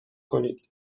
کنید